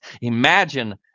Imagine